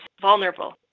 vulnerable